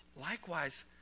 Likewise